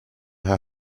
her